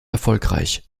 erfolgreich